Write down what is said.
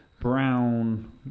brown